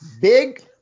Big